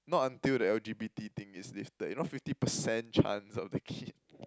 not until the L_G_B_T thing is lifted you know fifty percent chance of the kid